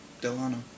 Delano